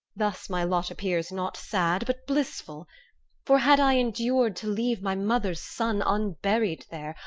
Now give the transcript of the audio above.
thus my lot appears not sad, but blissful for had i endured to leave my mother's son unburied there,